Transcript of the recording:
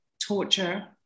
torture